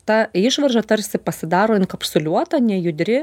ta išvarža tarsi pasidaro inkapsuliuota nejudri